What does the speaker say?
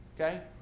okay